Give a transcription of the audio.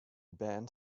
band